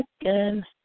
again